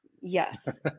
Yes